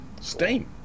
steam